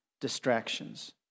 distractions